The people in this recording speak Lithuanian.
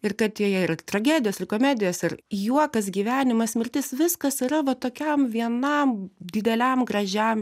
ir kad joje yra tragedijos ir komedijos ir juokas gyvenimas mirtis viskas yra va tokiam vienam dideliam gražiam